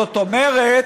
זאת אומרת,